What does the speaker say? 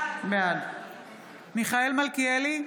בעד מיכאל מלכיאלי,